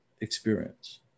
experience